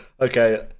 okay